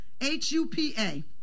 H-U-P-A